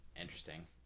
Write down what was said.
interesting